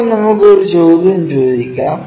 ഇപ്പോൾ നമുക്ക് ഒരു ചോദ്യം ചോദിക്കാം